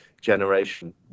generation